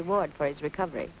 reward for his recovery